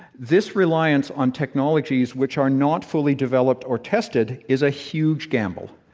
this reliance on technologies which are not fully developed or tested is a huge gamble.